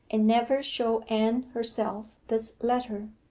and never show anne herself this letter?